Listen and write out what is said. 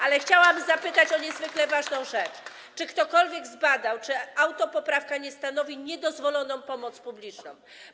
Ale chciałam zapytać o niezwykle ważną rzecz: Czy ktokolwiek zbadał, czy autopoprawka nie stanowi niedozwolonej pomocy publicznej?